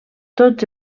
tots